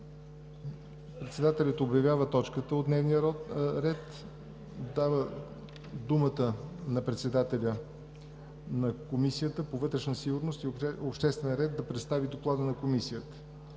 Председателят обявява точката от дневния ред; дава думата на председателя на Комисията по вътрешна сигурност и обществен ред да представи Доклада на Комисията.